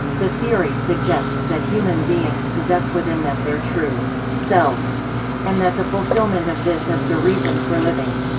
the theory suggests that human beings possess within them their true self and that the fulfillment of this is the reason for living.